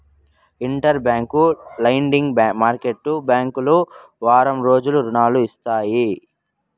inter bank lending market బ్యాంకులు వారం రోజులకు రుణాలు ఇస్తాయి